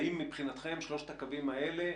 האם מבחינתכם שלושת הקווים האלה,